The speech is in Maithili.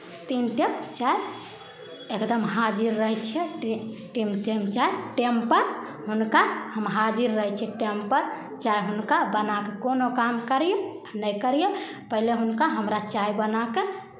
तीन टेम चाय एकदम हाजिर रहै छियै तीन तीन टेम चाय टेमपर हुनका हम हाजिर रहै छियै टेमपर चाय हुनका बना कर कोनो काम करी नहि करियै पहिले हुनका हमरा चाय बना कऽ